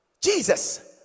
Jesus